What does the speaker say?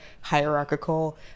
hierarchical